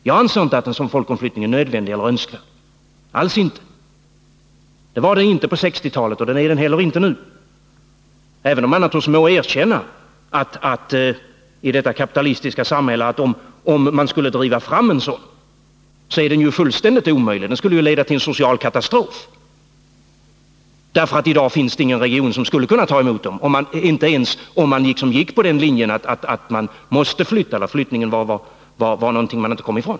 Jag anser inte att en sådan är nödvändig eller önskvärd — alls inte. Det var den inte på 1960-talet, och det är den inte heller nu, även om man naturligtvis må erkänna att den i detta kapitalistiska samhälle — om en sådan drevs fram — vore fullständigt omöjlig. Den skulle leda till en social katastrof, därför att det i dag inte finns någon region som skulle kunna ta emot människorna — inte ens om man följde den linjen att en omflyttning måste ske, att flyttning var någonting man inte kommer ifrån.